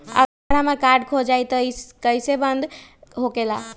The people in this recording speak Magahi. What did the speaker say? अगर हमर कार्ड खो जाई त इ कईसे बंद होकेला?